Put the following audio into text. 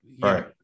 Right